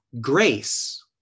Grace